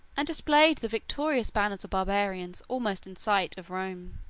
and displayed the victorious banners of barbarians almost in sight of rome.